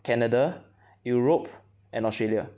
Canada Europe and Australia